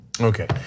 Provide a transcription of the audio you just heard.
Okay